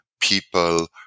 people